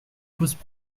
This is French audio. posent